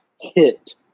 hit